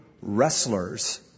wrestlers